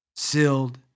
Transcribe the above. sealed